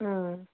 ம்